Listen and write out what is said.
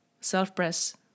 self-press